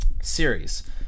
Series